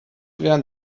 während